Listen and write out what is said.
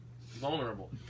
Vulnerable